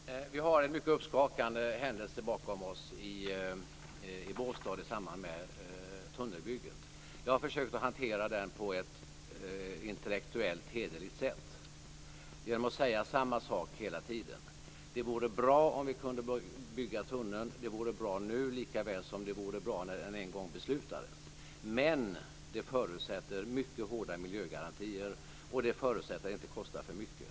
Fru talman! Vi har en mycket uppskakande händelse bakom oss i Båstad i samband med tunnelbygget. Jag har försökt att hantera den på ett intellektuellt hederligt sätt genom att hela tiden säga samma sak: Det vore bra om vi kunde bygga tunneln. Det vore bra nu, lika väl som det vore bra när det en gång beslutades. Men det förutsätter mycket hårda miljögarantier och att det inte kostar för mycket.